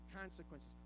consequences